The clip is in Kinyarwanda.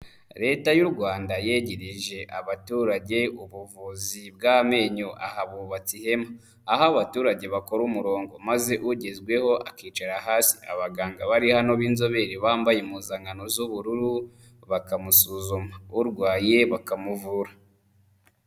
Leta y'u Rwanda yegereje abaturage ubuvuzi bw'amenyo. Aha bubatse ihema. Aho abaturage bakora umurongo maze ugezweho akicara hasi, abaganga bari hano b'inzobere bambaye impuzankano z'ubururu, bakamusuzuma. Urwaye bakamuvura.